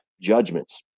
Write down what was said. judgments